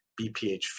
BPH